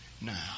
Now